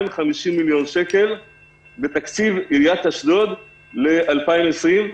מיליון שקל בתקציב עיריית אשדוד ל-2020.